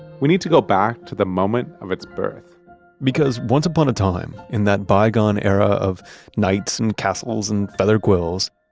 we need to go back to the moment of its birth because once upon a time in that bygone era of knights and castles and feather quills,